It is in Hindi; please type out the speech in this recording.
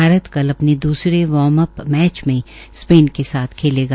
भारत कर अपने दूसरे वार्मअप मैच में स्पेन के साथ खेलेगा